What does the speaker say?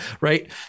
Right